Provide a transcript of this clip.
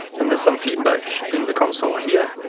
and there's some feedback in the console here